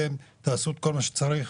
תעשו כל מה שצריך.